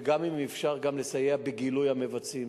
וגם אם אפשר לסייע בגילוי המבצעים.